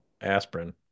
aspirin